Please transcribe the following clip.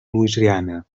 louisiana